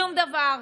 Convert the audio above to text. שום דבר.